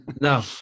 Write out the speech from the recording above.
No